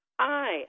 Hi